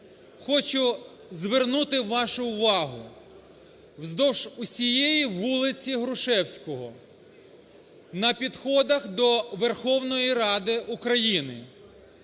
Хочу звернути вашу увагу: вздовж усієї вулиці Грушевського на підходах до Верховної Ради України